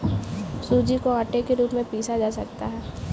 सूजी को आटे के रूप में पीसा जाता है